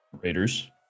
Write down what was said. Raiders